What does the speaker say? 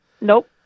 nope